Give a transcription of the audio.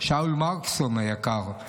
שאול מרקסון היקר,